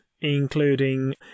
including